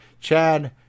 Chad